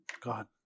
God